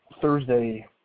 Thursday